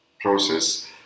process